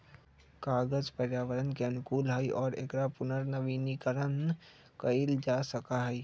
कागज पर्यावरण के अनुकूल हई और एकरा पुनर्नवीनीकरण कइल जा सका हई